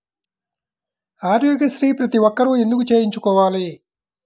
ఆరోగ్యశ్రీ ప్రతి ఒక్కరూ ఎందుకు చేయించుకోవాలి?